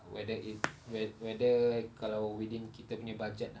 whether it's whe~ whether kalau within kita punya budget ah